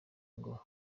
ngo